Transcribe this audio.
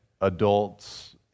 adults